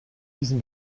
diesen